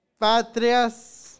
Patrias